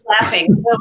Laughing